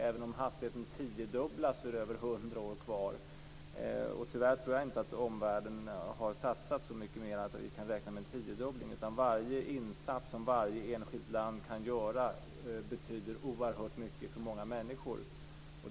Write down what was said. Även om hastigheten tiodubblas är det över 100 år kvar. Tyvärr tror jag inte att omvärlden har satsat så mycket mer att vi kan räkna med en tiodubbling. Varje insats som varje enskilt land kan göra betyder oerhört mycket för många människor.